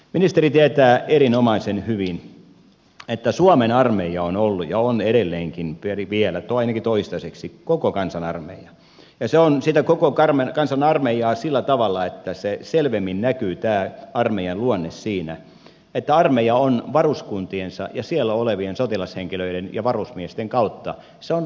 ministeri tietää erinomaisen hyvin että suomen armeija on ollut ja on edelleenkin vielä tai ainakin toistaiseksi koko kansan armeija ja se on sitä koko kansan armeijaa sillä tavalla että selvimmin näkyy tämä armeijan luonne siinä että armeija on varuskuntiensa ja siellä olevien sotilashenkilöiden ja varusmiesten kautta läsnä